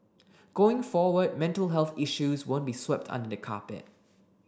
going forward mental health issues won't be swept under the carpet